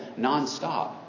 nonstop